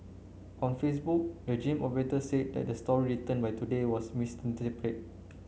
on Facebook the gym operator said that the story written by Today was